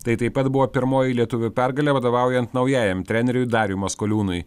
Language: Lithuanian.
tai taip pat buvo pirmoji lietuvių pergalė vadovaujant naujajam treneriui dariui maskoliūnui